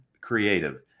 creative